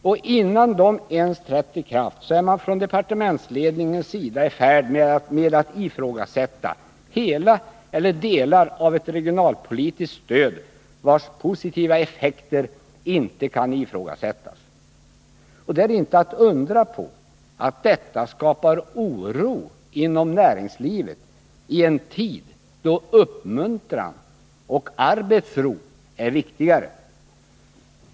Men innan de ens trätt i kraft är man från departementsledningens sida i färd med att helt eller i enskilda delar ifrågasätta ett regionalpolitiskt stöd, vars positiva effekter inte kan betvivlas. Det är inte att undra på att detta skapar oro inom näringslivet, i en tid då uppmuntran och arbetsro är viktigare.